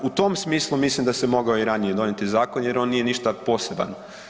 U tom smislu, mislim da se mogao i ranije donijeti zakon jer on nije ništa poseban.